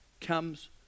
comes